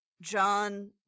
John